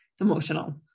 emotional